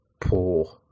poor